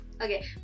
Okay